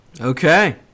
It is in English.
Okay